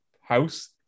house